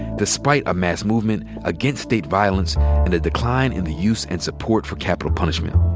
despite a mass movement against state violence and a decline in the use and support for capital punishment.